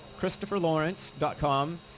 ChristopherLawrence.com